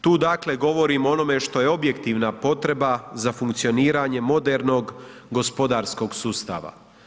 Tu dakle govorim o onome što je objektivna potreba za funkcioniranje modernog gospodarskog sustava.